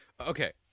Okay